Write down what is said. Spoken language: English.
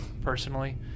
personally